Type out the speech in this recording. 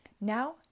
Now